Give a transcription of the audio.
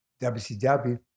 WCW